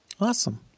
Awesome